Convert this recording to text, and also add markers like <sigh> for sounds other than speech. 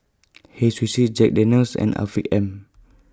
<noise> Hei Sushi Jack Daniel's and Afiq M